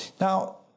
Now